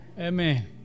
amen